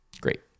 Great